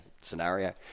scenario